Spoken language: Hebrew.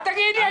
אל תגיד לי.